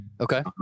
Okay